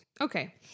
Okay